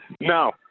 No